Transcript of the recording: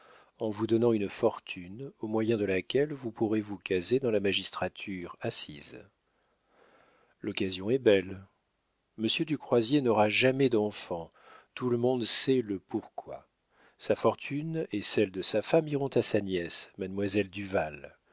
en vous donnant une fortune au moyen de laquelle vous pourrez vous caser dans la magistrature assise l'occasion est belle monsieur du croisier n'aura jamais d'enfants tout le monde sait le pourquoi sa fortune et celle de sa femme iront à sa nièce mademoiselle duval